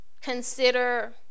consider